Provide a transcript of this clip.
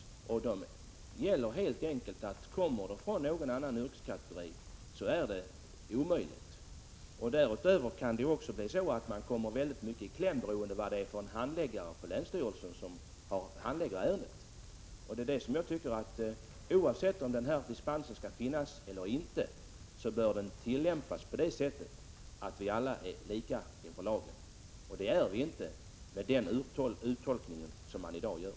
Kommer det aktuella kravet från någon annan yrkeskategori än jordbrukare är det omöjligt att få bifall. Därutöver kan man komma i kläm beroende på vem som handlägger ärendet på länsstyrelsen. När vi nu har den här dispensgivningen bör den också tillämpas på ett sådant sätt att vi alla är lika inför lagen. Det är vi inte med den uttolkning som man i dag gör.